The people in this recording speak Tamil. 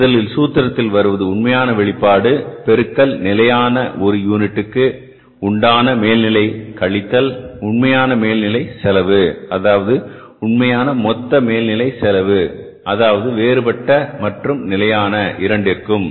முதலில் சூத்திரத்தில் வருவது உண்மையான வெளிப்பாடு பெருக்கல் நிலையான ஒரு யூனிட்டுக்கு உண்டான மேல்நிலை கழித்தல் உண்மையான மேல்நிலை செலவு அதாவது உண்மையான மொத்த மேல்நிலை செலவு அதாவது வேறுபட்ட மற்றும் நிலையான இரண்டிற்கும்